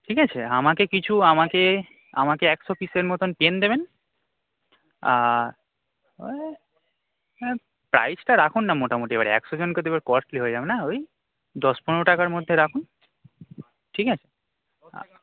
ঠিক আছে আমাকে কিছু আমাকে আমাকে একশো পিসের মতন পেন দেবেন আর প্রাইসটা রাখুন না মোটামুটি এবারে একশো জনকে দেবেন এবার কস্টলি হয়ে যাবে না ওই দশ পনেরো টাকার মধ্যে রাখুন ঠিক আছে